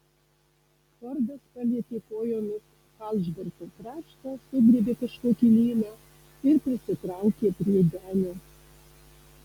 fordas palietė kojomis falšborto kraštą sugriebė kažkokį lyną ir prisitraukė prie denio